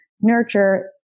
nurture